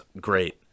great